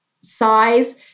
size